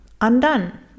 undone